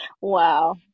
Wow